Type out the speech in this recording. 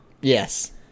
Yes